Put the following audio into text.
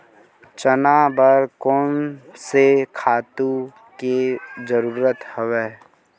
चना बर कोन से खातु के जरूरत हवय?